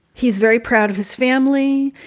he's very proud of his family.